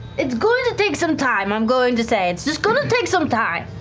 it's going to take some time, i'm going to say, it's just going to take some time.